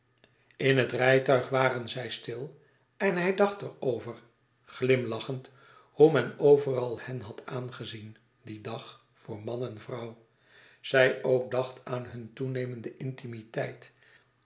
in het rijtuig waren zij stil en hij dacht er over glimlachend hoe men overal hen had aangezien dien dag voor man en vrouw zij ook dacht aan hun toenemende intimiteit